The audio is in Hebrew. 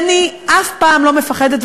אני אף פעם לא מפחדת,